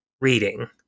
reading